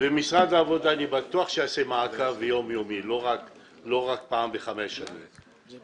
ומשרד העבודה אני בטוח שיעשה מעקב יום-יומי ולא רק פעם בחמש שנים,